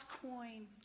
coin